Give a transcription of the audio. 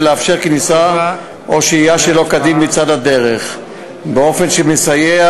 לאפשר כניסה או שהייה שלא כדין בצד הדרך באופן שמסייע